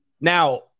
Now